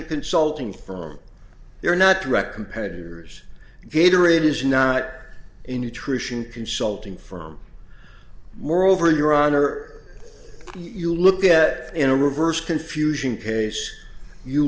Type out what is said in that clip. consulting firm they are not direct competitors gator it is not in nutrition consulting firm moreover your honor you look at in a reverse confusion case you